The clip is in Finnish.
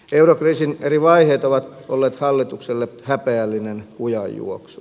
eurokriisin eri vaiheet ovat olleet hallitukselle häpeällinen kujanjuoksu